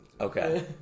okay